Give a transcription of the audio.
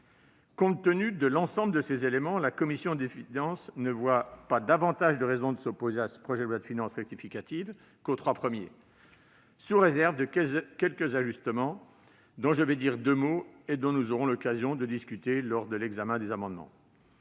Compte tenu de l'ensemble de ces éléments, la commission des finances ne voit pas davantage de raisons de s'opposer à ce projet de loi de finances rectificative qu'aux trois premiers, sous réserve de quelques ajustements dont je ne dirai que deux mots car nous aurons l'occasion d'en débattre lors de l'examen des amendements.